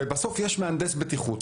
ובסוף יש מהנדס בטיחות.